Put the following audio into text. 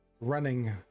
running